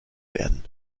werden